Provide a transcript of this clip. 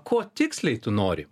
ko tiksliai tu nori